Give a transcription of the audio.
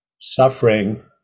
suffering